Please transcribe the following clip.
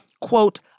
quote